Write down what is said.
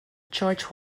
george